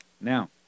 Now